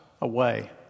away